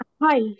Hi